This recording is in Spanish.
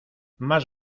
más